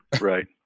Right